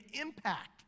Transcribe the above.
impact